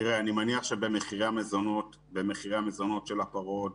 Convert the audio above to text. אני מניח שבמחירי המזונות של הפרות,